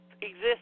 exist